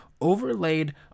overlaid